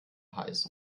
heißen